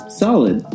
solid